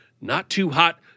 not-too-hot